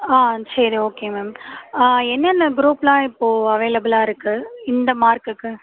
ஆ சரி okay ma'am என்னென்ன குரூப்லாம் இப்போ அவைலபில்லாக இருக்கு இந்த மார்க்குக்கு